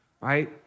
right